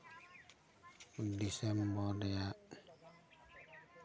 December ᱨᱮᱭᱟᱜ